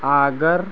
Agra